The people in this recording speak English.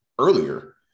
earlier